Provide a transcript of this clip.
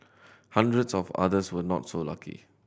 hundreds of others were not so lucky